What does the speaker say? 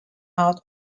out